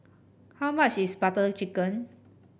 how much is Butter Chicken